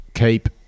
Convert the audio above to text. keep